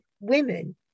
women